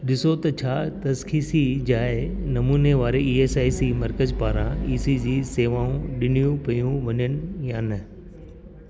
ॾिसो त छा तसखीसी जाइ नमूने वारे ई एस आई सी मर्कज़ पारां ईसीजी सेवाऊं ॾिनियूं पियूं वञनि या न